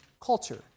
culture